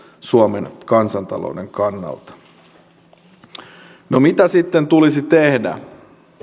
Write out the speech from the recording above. suomen kansantalouden kannalta mitä sitten tulisi tehdä